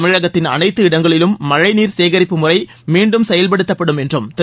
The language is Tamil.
தமிழகத்தின் அனைத்து இடங்களிலும் மழைநீர் சேகரிப்பு முறை மீண்டும் செயல்படுத்தப்படும் என்றும் திரு